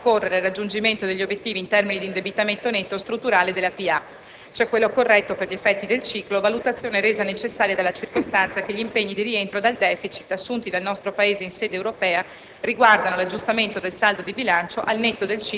Ciò per valutare in che misura tali maggiori entrate possano concorrere al raggiungimento degli obiettivi in termini di indebitamento netto strutturale della pubblica amministrazione (cioè quello corretto per gli effetti del ciclo), valutazione resa necessaria dalla circostanza che gli impegni di rientro dal *deficit* assunti dal nostro Paese in sede europea